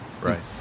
Right